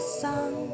sun